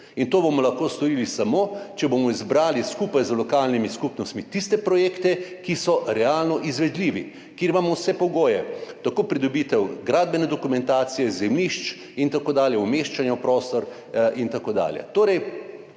To bomo lahko storili samo, če bomo izbrali skupaj z lokalnimi skupnostmi tiste projekte, ki so realno izvedljivi, kjer imamo vse pogoje, tako pridobitev gradbene dokumentacije, zemljišč in tako dalje kot umeščanje v prostor in tako dalje.